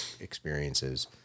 experiences